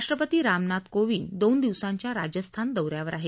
राष्ट्रपती रामनाथ कोविंद दोन दिवसांच्या राजस्थान दौऱ्यावर आहेत